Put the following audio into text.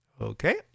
Okay